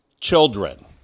children